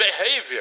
behavior